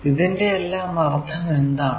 ഇതിന്റെയെല്ലാം അർഥം എന്താണ്